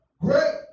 Great